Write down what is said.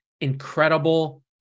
incredible